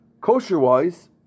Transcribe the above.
kosher-wise